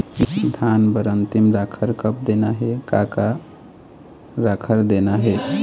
धान बर अन्तिम राखर कब देना हे, का का राखर देना हे?